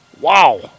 wow